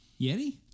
Yeti